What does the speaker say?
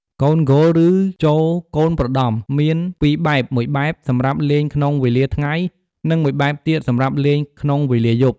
កូនគោល ឬចូកូនប្រដំ មាន ២បែប ១ បែបសម្រាប់លេងក្នុងវេលាថ្ងៃ និង១ បែបទៀតសម្រាប់លេងក្នុងវេលាយប់ ។